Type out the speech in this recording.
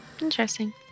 Interesting